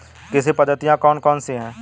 कृषि पद्धतियाँ कौन कौन सी हैं?